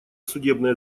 судебная